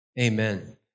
Amen